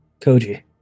Koji